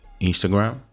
Instagram